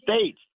States